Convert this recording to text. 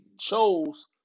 chose